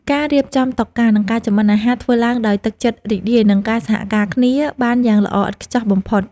ការរៀបចំតុការ និងការចម្អិនអាហារធ្វើឡើងដោយទឹកចិត្តរីករាយ និងការសហការគ្នាបានយ៉ាងល្អឥតខ្ចោះបំផុត។